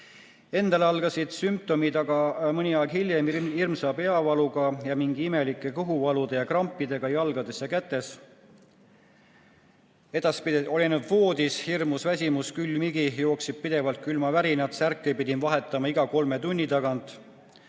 endal algasid sümptomid aga mõni aeg hiljem hirmsa peavaluga ja mingite imelike kõhuvalude ja krampidega jalgades ja kätes. Edaspidi oli ta ainult voodis, hirmus väsimus, külm higi, jooksid pidevalt külmavärinad, särke pidi vahetama iga kolme tunni tagant.